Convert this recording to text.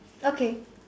okay